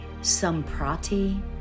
Samprati